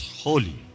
holy